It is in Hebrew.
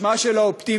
בשמה של האופטימיות,